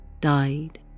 died